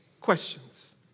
questions